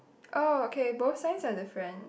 oh okay both signs are different